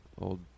old